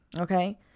Okay